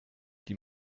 die